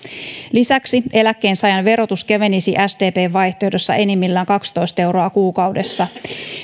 lisäksi eläkkeensaajan verotus kevenisi sdpn vaihtoehdossa enimmillään kaksitoista euroa kuukaudessa